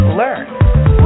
learn